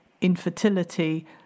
infertility